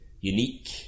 unique